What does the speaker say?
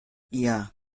iya